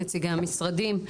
נציגי המשרדים,